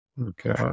okay